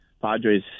Padres